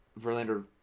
Verlander